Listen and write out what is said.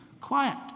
quiet